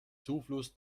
zufluss